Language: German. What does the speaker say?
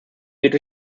wird